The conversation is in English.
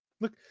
Look